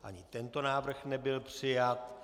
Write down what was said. Ani tento návrh nebyl přijat.